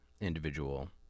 individual